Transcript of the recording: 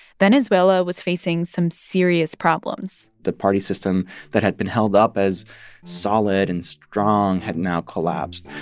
venezuela was facing some serious problems the party system that had been held up as solid and strong had now collapsed.